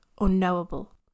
unknowable